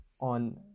on